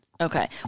Okay